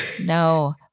No